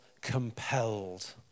compelled